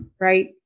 Right